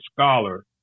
scholar